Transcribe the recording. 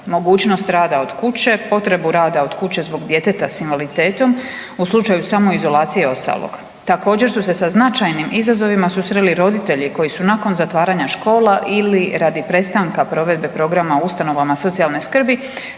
mogućnost rada od kuće, potrebu rada od kuće zbog djeteta s invaliditetom u slučaju samoizolacije i ostalog. Također su se sa značajnim izazovima susreli roditelji koji su nakon zatvaranja škola ili radi prestanka programa provedbe u ustanovama socijalne skrbi